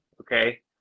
okay